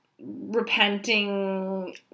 repenting